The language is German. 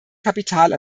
kapital